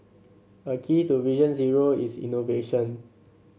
a key to Vision Zero is innovation